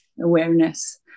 awareness